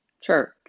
church